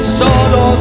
solo